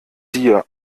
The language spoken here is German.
dir